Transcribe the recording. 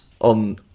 on